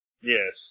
Yes